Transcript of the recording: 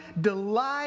delight